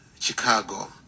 Chicago